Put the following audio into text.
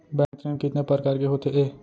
Bank ऋण कितने परकार के होथे ए?